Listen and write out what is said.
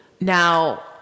Now